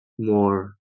more